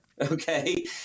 okay